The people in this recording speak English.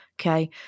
okay